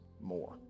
more